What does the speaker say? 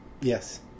yes